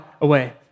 away